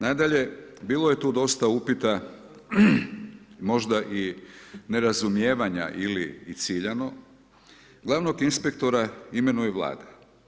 Nadalje, bilo je tu dosta upita, možda i nerazumijevanje ili i ciljano, glavnog inspektora imenuje vlada.